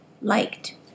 liked